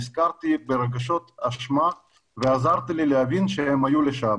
נזכרתי ברגשות האשמה ועזרת לי להבין שהן היו לשווא